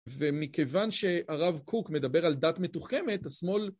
ומכיוון שהרב קוק מדבר על דת מתוחכמת, השמאל...